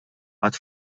għad